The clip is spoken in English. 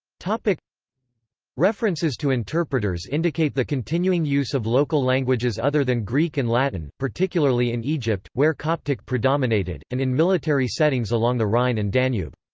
references to interpreters indicate the continuing use of local languages other than greek and latin, particularly in egypt, where coptic predominated, and in military settings along the rhine and danube.